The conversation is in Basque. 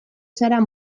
zara